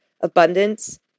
abundance